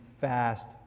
fast